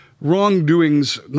wrongdoings